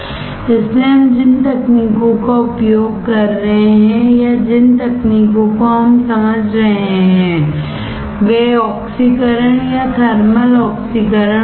इसलिए हम जिन तकनीकों का उपयोग कर रहे हैं या जिन तकनीकों को हम समझ रहे हैं वे ऑक्सीकरण या थर्मल ऑक्सीकरण होंगे